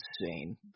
insane